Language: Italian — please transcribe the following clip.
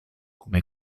come